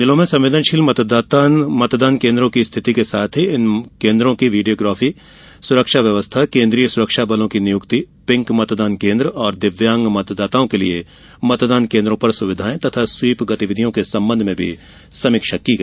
जिलों में संवेदनशील मतदान कोन्द्रों की स्थिति के साथ ही इन कोन्द्रों की वीडियोग्राफी सुरक्षा व्यवस्था केन्द्रीय सुरक्षाबलों की नियुक्ति पिंक मतदान केन्द्र और दिव्यांग मतदाताओं के लिये मतदान केन्द्रों पर सुविधाएं तथा स्वीप गतिविधियों के संबंध में मी समीक्षा की गई